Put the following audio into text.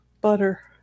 butter